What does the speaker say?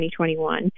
2021